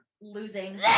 losing